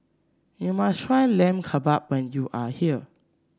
you must try Lamb Kebab when you are here